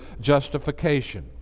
justification